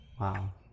Wow